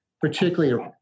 particularly